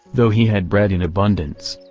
though he had bread in abundance.